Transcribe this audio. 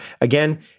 again